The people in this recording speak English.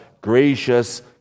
gracious